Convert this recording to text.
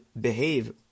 behave